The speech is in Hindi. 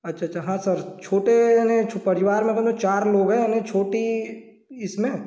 अच्छा अच्छा हाँ सर छोटे परिवार में हम चार लोग हैं हमें छोटी इसमें